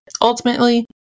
ultimately